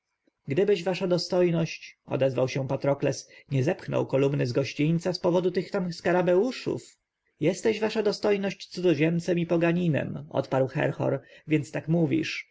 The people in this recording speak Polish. gdybyś wasza dostojność odezwał się patrokles nie zepchnął kolumny z gościńca z powodu tych tam skarabeuszów jesteś wasza dostojność cudzoziemcem i poganinem odparł herhor więc tak mówisz